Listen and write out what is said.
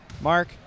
Mark